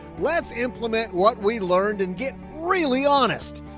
let's implement what we learned and get really honest.